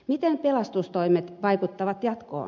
miten pelastustoimet vaikuttavat jatkoon